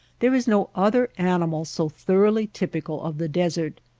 there is no other animal so thoroughly typical of the desert.